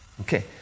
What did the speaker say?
Okay